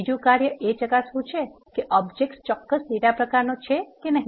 બીજું કાર્ય એ ચકાસવું છે કે ઓબજેક્ટ ચોક્કસ ડેટા પ્રકારનો છે કે નહીં